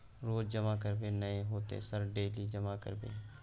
रोज जमा करबे नए होते सर डेली जमा करैबै?